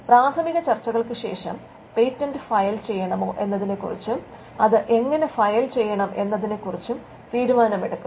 പ്രാഥമിക ചർച്ചകൾക്ക് ശേഷം പേറ്റന്റ് ഫയൽ ചെയ്യണമോ എന്നതിനെക്കുറിച്ചും അത് എങ്ങനെ ഫയൽ ചെയ്യണം എന്നതിനെക്കുറിച്ചും തീരുമാനമെടുക്കുന്നു